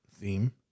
theme